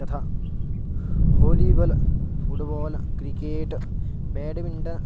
यथा Holi ball football cricket badminton